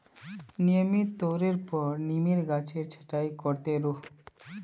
नियमित तौरेर पर नीमेर गाछेर छटाई कर त रोह